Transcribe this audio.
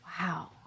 wow